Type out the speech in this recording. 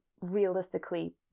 realistically